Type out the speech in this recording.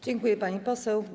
Dziękuję, pani poseł.